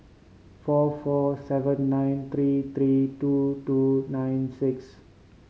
four four seven nine three three two two nine six